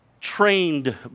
Trained